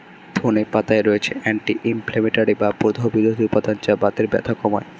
ধনে পাতায় রয়েছে অ্যান্টি ইনফ্লেমেটরি বা প্রদাহ বিরোধী উপাদান যা বাতের ব্যথা কমায়